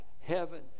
heaven